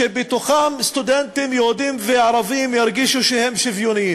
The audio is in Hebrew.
שבתוכם סטודנטים יהודים וערבים ירגישו שהם שווים.